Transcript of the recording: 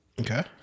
Okay